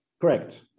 Correct